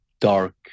dark